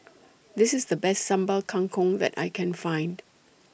This IS The Best Sambal Kangkong that I Can Find